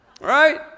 Right